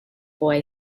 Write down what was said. boy